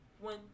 one